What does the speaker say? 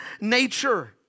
nature